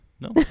No